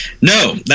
No